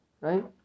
right